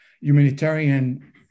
humanitarian